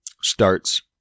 starts